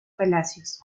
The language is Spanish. palacios